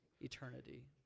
eternity